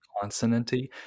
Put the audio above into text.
consonant-y